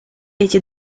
эти